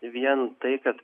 vien tai kad